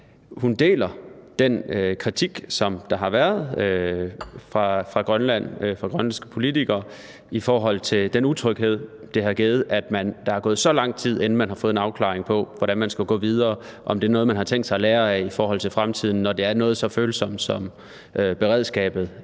hun deler den kritik, som der har været fra grønlandske politikere, i forhold til den utryghed, det har givet, at der er gået så lang tid, inden man har fået en afklaring på, hvordan man skulle gå videre. Og om det er noget, man har tænkt sig at lære af i forhold til fremtiden, når det er noget så følsomt som beredskabet;